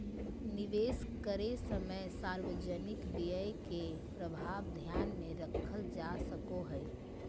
निवेश करे समय सार्वजनिक व्यय के प्रभाव ध्यान में रखल जा सको हइ